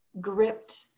gripped